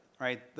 right